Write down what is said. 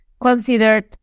considered